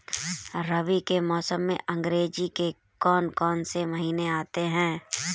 रबी के मौसम में अंग्रेज़ी के कौन कौनसे महीने आते हैं?